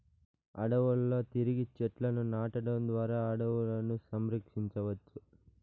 అడవులలో తిరిగి చెట్లను నాటడం ద్వారా అడవులను సంరక్షించవచ్చు